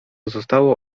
zostało